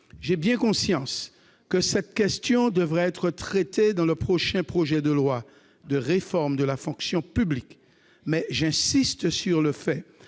J'ai bien conscience que cette question devrait être traitée dans le prochain projet de loi de réforme de la fonction publique. Mais j'insiste sur le fait